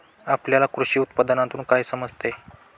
आपल्याला कृषी उत्पादनातून काय समजते?